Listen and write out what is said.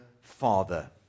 Father